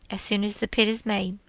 as soon as the pit is made.